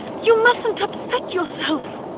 you mustn't upset yourself.